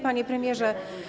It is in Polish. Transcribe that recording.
Panie Premierze!